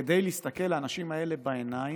כדי להסתכל לאנשים האלה בעיניים.